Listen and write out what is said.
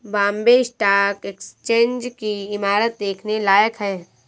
Bombay stock exchange की इमारत देखने लायक है